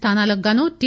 స్లానాలకు గాను టి